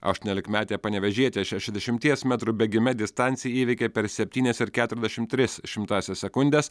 aštuoniolikmetė panevėžietė šešiasdešimties metrų bėgime distanciją įveikė per septynias ir keturiasdešimt tris šimtąsias sekundės